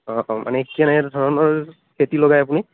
অ অ মানে কেনেধৰণৰ খেতি লগায় আপুনি